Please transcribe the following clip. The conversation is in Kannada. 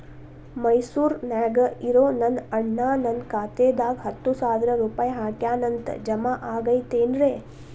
ಮೈಸೂರ್ ನ್ಯಾಗ್ ಇರೋ ನನ್ನ ಅಣ್ಣ ನನ್ನ ಖಾತೆದಾಗ್ ಹತ್ತು ಸಾವಿರ ರೂಪಾಯಿ ಹಾಕ್ಯಾನ್ ಅಂತ, ಜಮಾ ಆಗೈತೇನ್ರೇ?